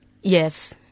Yes